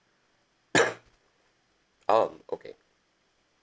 um okay